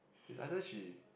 its either she